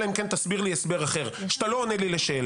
אלא אם כן תסביר לי הסבר אחר שאתה לא עונה לי לשאלה,